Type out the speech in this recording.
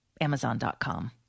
Amazon.com